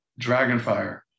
Dragonfire